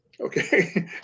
Okay